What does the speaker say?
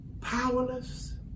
powerless